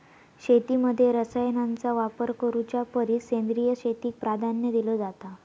शेतीमध्ये रसायनांचा वापर करुच्या परिस सेंद्रिय शेतीक प्राधान्य दिलो जाता